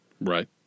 Right